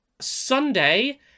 Sunday